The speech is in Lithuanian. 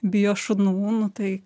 bijo šunų nu tai